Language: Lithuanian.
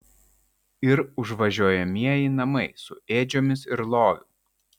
ir užvažiuojamieji namai su ėdžiomis ir loviu